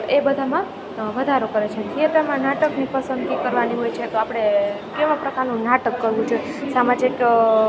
એ બધામાં વધારો કરે છે થિએટરમાં નાટકની પસંદગી કરવાની હોય છે તો આપણે કેવાં પ્રકારનું નાટક કરવું જોઈએ સામાજિક